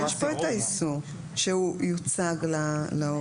אבל יש כאן את האיסור שהוא יוצג להורה.